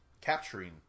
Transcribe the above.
capturing